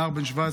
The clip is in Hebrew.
נער בן 17,